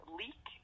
leak